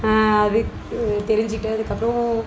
அதுக்கு தெரிஞ்சுட்டு அதுக்கு அப்புறம்